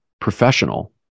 professional